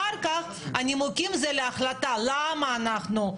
אחר כך, הנימוקים הם להחלטה, למה אנחנו כך וכך.